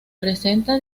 presenta